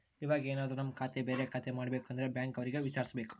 ಇವಾಗೆನದ್ರು ನಮ್ ಖಾತೆ ಬೇರೆ ಖಾತೆ ಮಾಡ್ಬೇಕು ಅಂದ್ರೆ ಬ್ಯಾಂಕ್ ಅವ್ರಿಗೆ ವಿಚಾರ್ಸ್ಬೇಕು